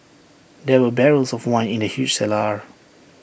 there were barrels of wine in the huge cellar